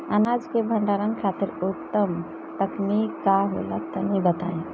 अनाज के भंडारण खातिर उत्तम तकनीक का होला तनी बताई?